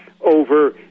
over